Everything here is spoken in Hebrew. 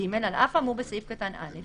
(ג)על אף האמור בסעיף קטן (א),